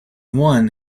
one